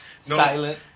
Silent